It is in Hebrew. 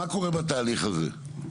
מה קורה בתהליך הזה?